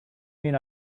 mean